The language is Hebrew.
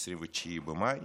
29 במאי.